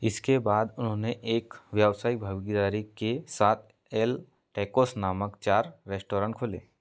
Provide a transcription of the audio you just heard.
इसके बाद उन्होंने एक व्यावसायिक भागीदार के साथ एल टैकोस नामक चार रेस्टोरेन्ट खोले